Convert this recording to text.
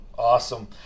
Awesome